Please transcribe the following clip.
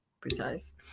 precise